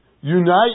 Unite